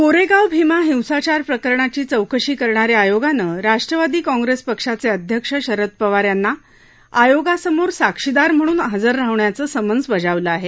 कोरेगाव भीमा हिंसाचार प्रकरणाची चौकशी करणाऱ्या आयोगानं राष्ट्रवादी काँग्रेस पक्षाचे अध्यक्ष शरद पवार यांना आयोगासमोर साक्षीदार म्हणून हजर होण्याचं समन्स बजावलं आहे